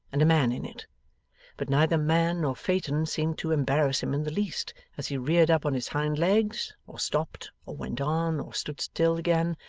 and a man in it but neither man nor phaeton seemed to embarrass him in the least, as he reared up on his hind legs, or stopped, or went on, or stood still again,